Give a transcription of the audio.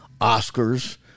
Oscars